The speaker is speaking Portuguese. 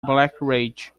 black